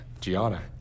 Gianna